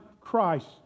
Christ